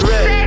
Red